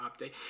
update